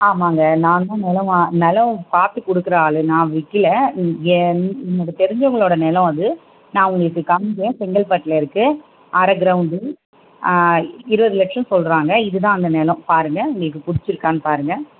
ஆமாங்க நான் தான் நிலம் வா நிலம் பார்த்துக் கொடுக்குற ஆள் நான் விற்கில ஏன் எனக்கு தெரிஞ்சவங்களோட நிலம் அது நான் உங்களுக்கு காமிக்கிறேன் செங்கல்பட்டில் இருக்கு அரை க்ரௌண்டு இருபது லட்சம் சொல்லுறாங்க இது தான் அந்த நிலம் பாருங்கள் உங்களுக்கு பிடிச்சிருக்கானு பாருங்கள்